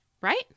right